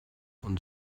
und